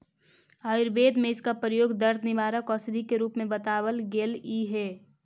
आयुर्वेद में इसका प्रयोग दर्द निवारक औषधि के रूप में बतावाल गेलई हे